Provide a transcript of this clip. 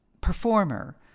performer